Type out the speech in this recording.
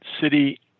city